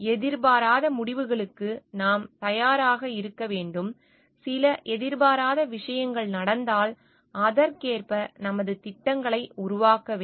எதிர்பாராத முடிவுகளுக்கு நாம் தயாராக இருக்க வேண்டும் சில எதிர்பாராத விஷயங்கள் நடந்தால் அதற்கேற்ப நமது திட்டங்களை உருவாக்க வேண்டும்